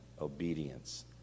obedience